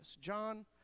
John